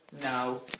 No